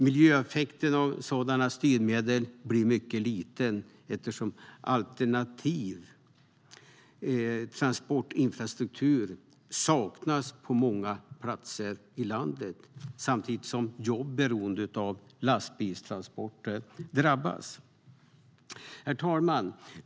Miljöeffekten av sådana styrmedel blir mycket liten, eftersom alternativ transportinfrastruktur saknas på många platser i landet, samtidigt som jobb beroende av lastbilstransporter drabbas. Herr talman!